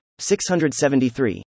673